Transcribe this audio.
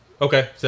Okay